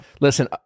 Listen